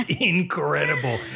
incredible